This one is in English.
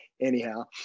anyhow